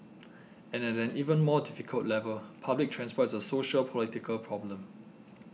and at an even more difficult level public transport is a sociopolitical problem